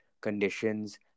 conditions